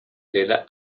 tela